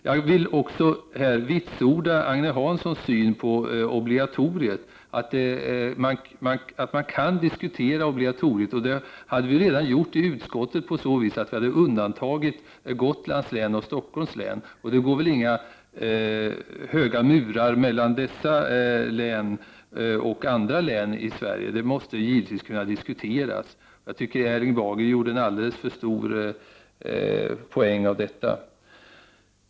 Jag vill här också vitsorda Agne Hanssons syn på obligatoriet. Man kan diskutera obligatoriet. Det hade vi redan gjort i utskottet, på så sätt att vi hade undantagit Gotlands län och Stockholms län. Det finns väl inga höga murar mellan dessa län och andra län i Sverige. Det måste givetvis kunna diskuteras. Jag tycker att Erling Bager gjorde en alldeles för stor poäng av detta.